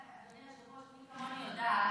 אתה יודע,